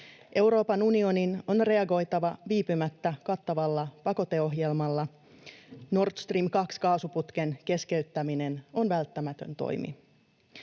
Euroopan unionin on reagoitava viipymättä kattavalla pakoteohjelmalla. Nord Stream 2 -kaasuputken keskeyttäminen on välttämätön toimi.